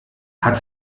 hat